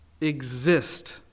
exist